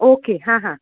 okay हां हां